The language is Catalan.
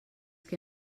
que